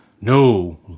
No